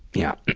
yeah.